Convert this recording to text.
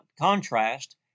contrast